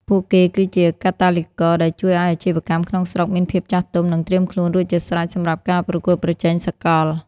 ពួកគេគឺជា "កាតាលីករ" ដែលជួយឱ្យអាជីវកម្មក្នុងស្រុកមានភាពចាស់ទុំ និងត្រៀមខ្លួនរួចជាស្រេចសម្រាប់ការប្រកួតប្រជែងសកល។